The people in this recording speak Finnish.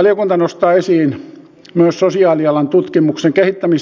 yliopistoilla on nyt hätä työpaikoista tutkimuksen ja tieteen